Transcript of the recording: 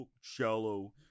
shallow